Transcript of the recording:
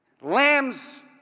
Lambs